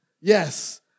yes